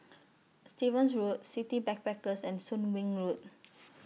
Stevens Road City Backpackers and Soon Wing Road